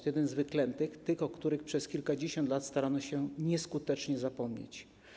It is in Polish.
To jeden z wyklętych, tych, o których przez kilkadziesiąt lat staramy się nieskutecznie zapomnieć.